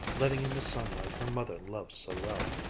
letting in the sunlight her mother loved so well.